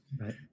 Right